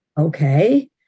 okay